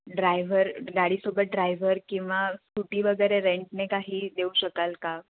driver गाडीसोबत driver किंवा scooty वगैरे रेंटने काही देऊ शकाल का